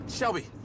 Shelby